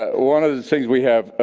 one of the things we have,